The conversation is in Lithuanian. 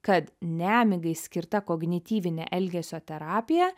kad nemigai skirta kognityvinė elgesio terapija